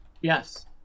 yes